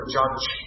judge